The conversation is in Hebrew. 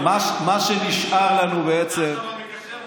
לכן אני אומר, מה שנשאר לנו בעצם כרגע,